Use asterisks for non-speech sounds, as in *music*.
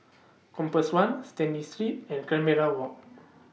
Compass one Stanley Street and *unintelligible* Walk